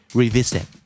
revisit